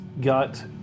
got